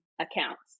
accounts